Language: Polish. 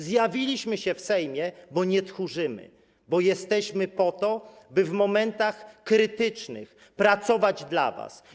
Zjawiliśmy się w Sejmie, bo nie tchórzymy, bo jesteśmy po to, by w momentach krytycznych pracować dla was.